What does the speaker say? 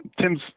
Tim's